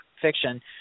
fiction